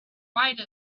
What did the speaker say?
quite